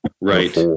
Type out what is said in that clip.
Right